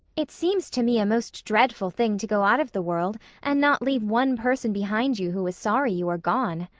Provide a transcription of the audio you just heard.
it seems to me a most dreadful thing to go out of the world and not leave one person behind you who is sorry you are gone,